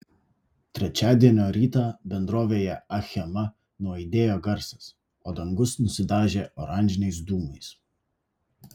trečiadienio rytą bendrovėje achema nuaidėjo garsas o dangus nusidažė oranžiniais dūmais